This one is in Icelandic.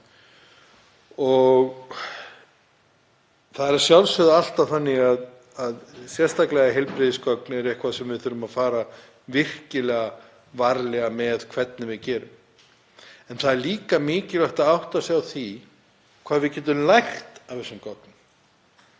er að sjálfsögðu alltaf þannig að heilbrigðisgögn eru eitthvað sem við þurfum að fara virkilega varlega með. En það er líka mikilvægt að átta sig á því hvað við getum lært af þessum gögnum.